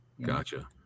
Gotcha